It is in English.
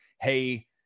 hey